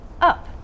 up